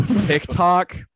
TikTok